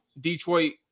Detroit